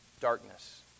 darkness